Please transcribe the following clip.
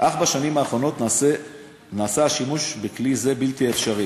אך בשנים האחרונות נעשה השימוש בכלי זה בלתי אפשרי.